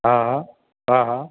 हा हा हा